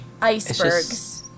icebergs